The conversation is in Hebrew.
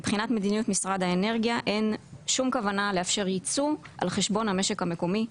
מדיניות משרד האנרגיה אין שום כוונה לאפשר יצוא על חשבון המשק המקומי,